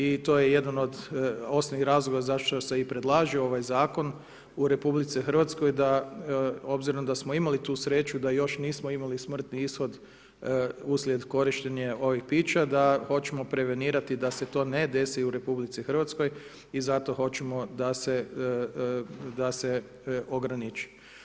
I to je jedan od osnovnih razloga zašto se i predlaže ovaj zakon u RH da obzirom da smo imali tu sreću da još nismo imali smrtni ishod uslijed korištenja ovih pića da hoćemo prevenirati da se to ne desi u RH i zato hoćemo da se ograniči.